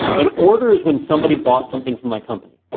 an order is when somebody bought something from my company.